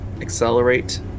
accelerate